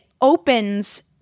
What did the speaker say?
opens